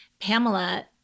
Pamela